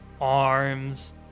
arms